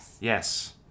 Yes